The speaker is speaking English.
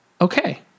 okay